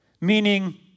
Meaning